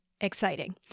exciting